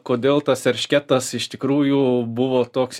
kodėl tas eršketas iš tikrųjų buvo toks